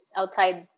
outside